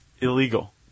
Illegal